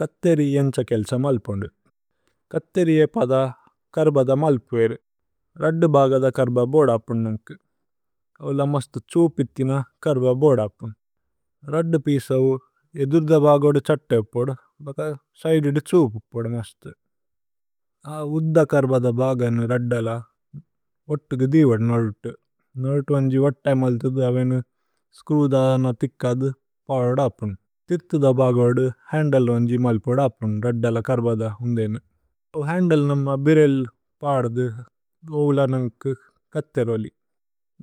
കഥേരി ഏന്ഛ കേല്സ മല്പോന്ദു കഥേരി ഏപദ। കര്ബദ മല്പ്വേരു രദ്ദ് ബഗദ കര്ബ ബോദപ്പുനു। നന്കു ഓല മസ്ത് ഛൂപിഥിന കര്ബ ബോദപ്പുനു। രദ്ദു പീസവു ഏദുര്ദ ബഗോദു ഛത്തേ പോദു ബക। സൈദിദു ഛൂപു പോദു മസ്തു അ ഉദ്ദ കര്ബദ। ബഗനു രദ്ദല വോത്തുകു ദിവദു നലുതു നലുതു। വന്ജി വത്തൈ മല്ഥുദു അവേനു സ്ക്രൂദദ ന। ഥിക്കദു പലദപ്പുനു തിര്ഥു ദ ബഗോദു ഹന്ദ്ലേ। വന്ജി മല്പോദപ്പുനു രദ്ദല കര്ബദ ഉന്ദേനു। ഓ ഹന്ദ്ലേ നമ ബിരേല് പദു, ഗോവുല നന്കു। കഥേരോലി